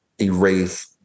erase